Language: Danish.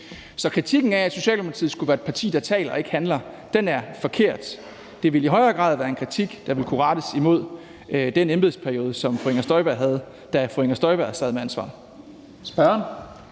Så kritikken om, at Socialdemokratiet skulle være et parti, der taler og ikke handler, er forkert. Det ville i højere grad være en kritik, der ville kunne rettes imod den embedsperiode, som fru Inger Støjberg havde, da fru Inger Støjberg sad med ansvaret.